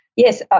Yes